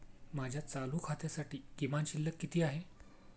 माझ्या चालू खात्यासाठी किमान शिल्लक किती आहे?